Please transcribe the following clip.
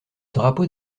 drapeau